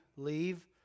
Leave